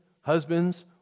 husbands